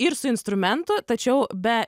ir su instrumentu tačiau be